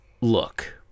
Look